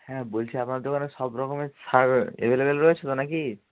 হ্যাঁ বলছি আপনাদের দোকানে সব রকমের সার অ্যাভেলেবল রয়েছে তো না কি